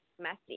messy